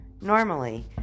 Normally